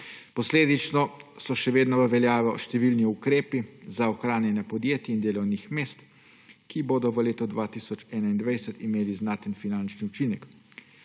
Posledično so še vedno v veljavi številni ukrepi za ohranjanje podjetij in delovnih mest, ki bodo v letu 2021 imeli znaten finančen učinek.